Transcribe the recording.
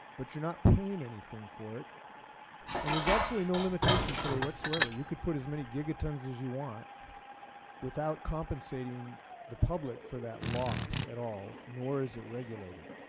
but you are not paying anything for it and there is absolutely no limitation today whatsoever. you can put as many gigatons as you want without compensating the public for that loss at all, nor is it regulated.